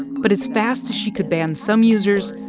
but as fast as she could ban some users,